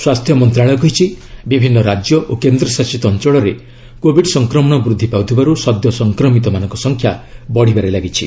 ସ୍ୱାସ୍ଥ୍ୟ ମନ୍ତ୍ରଣାଳୟ କହିଛି ବିଭିନ୍ନ ରାଜ୍ୟ ଓ କେନ୍ଦ୍ରଶାସିତ ଅଞ୍ଚଳରେ କୋବିଡ ସଂକ୍ରମଣ ବୃଦ୍ଧି ପାଉଥିବାରୁ ସଦ୍ୟ ସଂକ୍ରମିତମାନଙ୍କ ସଂଖ୍ୟା ବଢ଼ିବାରେ ଲାଗିଛି